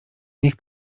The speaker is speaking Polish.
niech